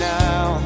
now